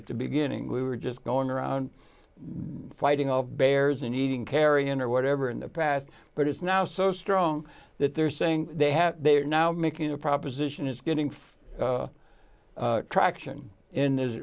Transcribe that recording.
at the beginning we were just going around fighting off bears and eating carrion or whatever in the past but it's now so strong that they're saying they have they are now making a proposition is getting traction in